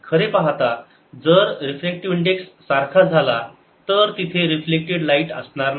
खरे पाहता जर रिफ्रॅक्टिवे इंडेक्स सारखा झाला तर तिथे रिफ्लेक्टेड लाईट असणार नाही